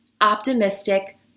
optimistic